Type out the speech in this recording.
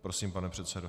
Prosím, pane předsedo.